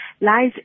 lies